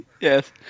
Yes